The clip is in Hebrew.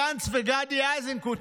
גנץ וגדי איזנקוט,